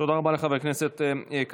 תודה רבה לחבר הכנסת כסיף.